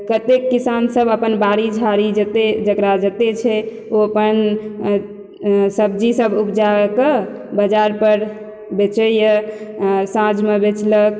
कतेक किसान सब अपन बाड़ी झाड़ी जते जकरा जते छै ओ अपन सब्जी सब उपजा कऽ बाजार पर बेचैया साँझमे बेचलक